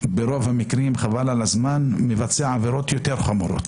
ברוב המקרים כשהוא יוצא הוא מבצע עבירות יותר חמורות.